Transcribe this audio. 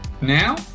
now